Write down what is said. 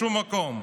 בשום מקום.